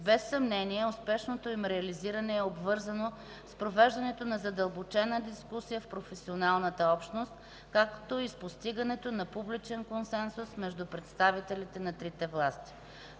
Без съмнение, успешното им реализиране е обвързано с провеждането на задълбочена дискусия в професионалната общност, както и с постигането на публичен консенсус между представителите на трите власти.